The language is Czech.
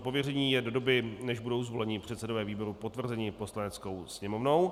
Pověření je do doby, než budou zvolení předsedové výborů potvrzeni Poslaneckou sněmovnou.